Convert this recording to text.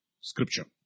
Scripture